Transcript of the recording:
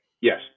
Yes